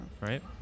right